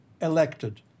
elected